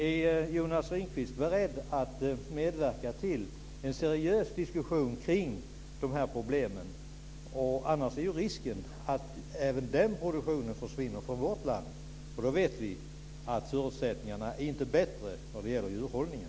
Är Jonas Ringqvist beredd att medverka till en seriös diskussion kring dessa problem? Annars är ju risken att även den produktionen försvinner från vårt land, och då vet vi att förutsättningarna inte är bättre när det gäller djurhållningen.